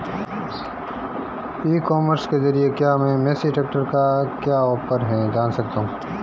ई commerce के ज़रिए क्या मैं मेसी ट्रैक्टर का क्या ऑफर है जान सकता हूँ?